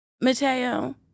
Mateo